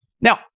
Now